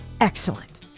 Excellent